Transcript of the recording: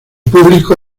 público